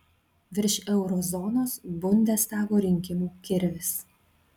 virš euro zonos bundestago rinkimų kirvis